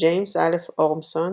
ג'יימס א' אורמסון,